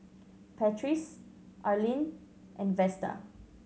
Patrice Arline and Vesta